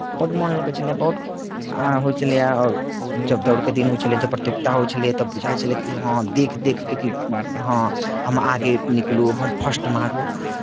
बड्ड मोन लगै छलैए बहुत होइ छलैए जब दौड़के दिन होइ छलै जब प्रतियोगिता होइ छलै तऽ बुझाइत छलै हँ देखि देखि कऽ कि हँ हम आगे निकलू हम फर्स्ट मारू